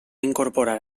incorporar